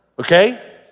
Okay